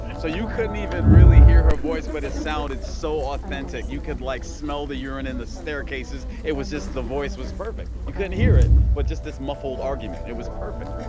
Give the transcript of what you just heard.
yeah so you couldn't even really hear her voice, but it sounded so authentic. you could like smell the urine in the staircases. it was just the voice was perfect. you couldn't hear it, but just this muffled argument. it was perfect